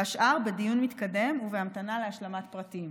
והשאר בדיון מתקדם ובהמתנה להשלמת פרטים.